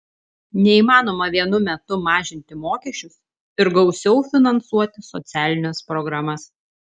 neįmanoma vienu metu mažinti mokesčius ir gausiau finansuoti socialines programas